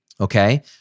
okay